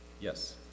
Yes